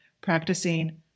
practicing